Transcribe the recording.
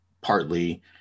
partly